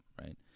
right